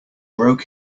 broke